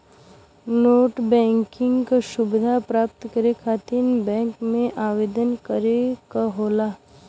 net banking क सुविधा प्राप्त करे खातिर बैंक में आवेदन करे क होला